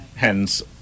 Hence